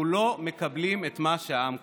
אנחנו לא מקבלים את מה שהעם קבע,